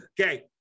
okay